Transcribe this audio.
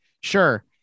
Sure